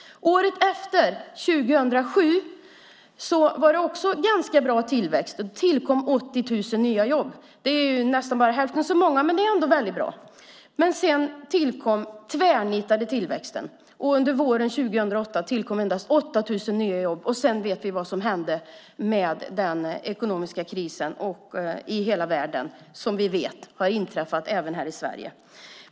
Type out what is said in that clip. Året därefter, 2007, var det ganska bra tillväxt. Då tillkom 80 000 nya jobb. Det är nästan bara hälften så många, men det är ändå väldigt bra. Sedan tvärnitade tillväxten. Under våren 2008 tillkom endast 8 000 nya jobb. Sedan vet vi vad som hände med den ekonomiska krisen i hela världen; den drabbade som vi vet även Sverige.